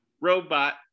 robot